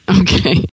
Okay